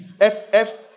F-F